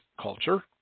culture